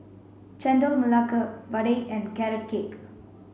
Chendol Melaka Vadai and carrot cake